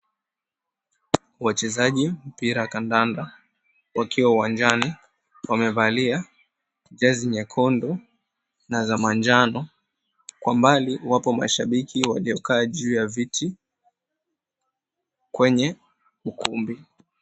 Wachezaji mpira kandanda wakiwa uwanjani wamevalia jesi nyekundu na za manjano. Kwa mbali wapo mashabiki wamekaa juu ya viti kwenye ukumbi.